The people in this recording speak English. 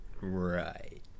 Right